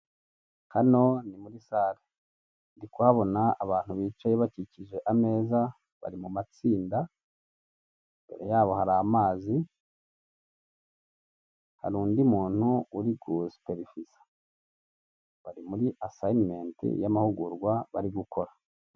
Hano ni muri sale. Ndi kuhabona abantu bicaye bakikije ameza, bari mu matsinda, imbere yabo hari amazi hari undi muntu uri kubasuperiviza. Bari muri asiyinimenti y'amahugurwa bari gukora.